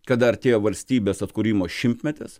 kada artėjo valstybės atkūrimo šimtmetis